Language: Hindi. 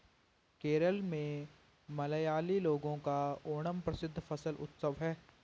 केरल में मलयाली लोगों का ओणम प्रसिद्ध फसल उत्सव है